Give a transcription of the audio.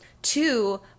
Two